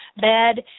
bed